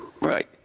Right